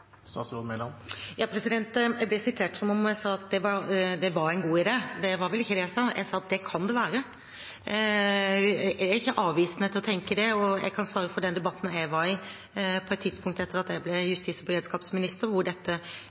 om jeg sa at det var en god idé. Det var vel ikke det jeg sa; jeg sa at det kan det være. Jeg er ikke avvisende til å tenke det, og jeg kan svare for den debatten jeg var i på et tidspunkt etter at jeg ble justis- og beredskapsminister, hvor dette